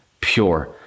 pure